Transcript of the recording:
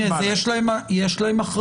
יש להם אחריות.